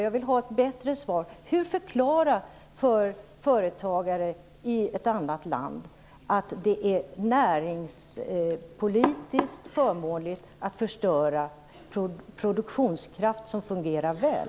Jag vill ha ett bättre svar på frågan: Hur förklara för företagare i ett annat land att det är näringspolitiskt förmånligt att förstöra produktionskraft som fungerar väl?